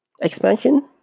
expansion